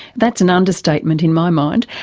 that's an understatement in my mind,